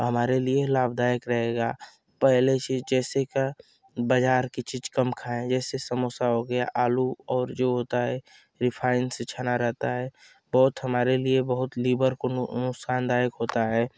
हमारे लिए लाभदायक रहेगा पेहले चीज जैसे का बाज़ार की चीज कम खाएं जैसे समोसा हो गया आलू और जो होता है रीफाइन से छना रहता है बहुत हमारे लिये बहुत लिभर को नु नुकसानदायक होता हेे